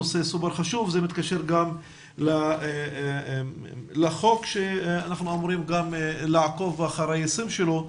זה נושא סופר חשוב שמתקשר גם לחוק שאנחנו אמורים לעקוב אחר יישומו.